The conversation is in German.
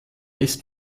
ist